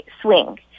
swing